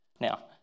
Now